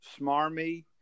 smarmy